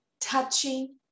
touching